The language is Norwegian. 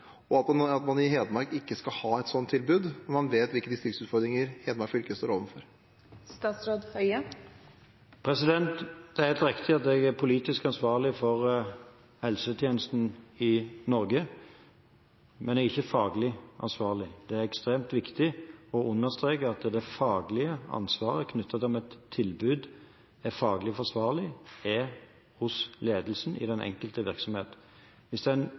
og at man i Hedmark ikke skal ha et slikt tilbud, når man vet hvilke distriktsutfordringer Hedmark fylke står overfor? Det er helt riktig at jeg er politisk ansvarlig for helsetjenestene i Norge, men jeg er ikke faglig ansvarlig. Det er ekstremt viktig å understreke at det faglige ansvaret for om et tilbud er faglig forsvarlig, ligger hos ledelsen i den enkelte virksomhet. Hvis en